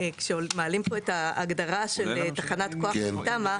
כשמעלים פה את ההגדרה של תחנת כוח לפי תמ"א.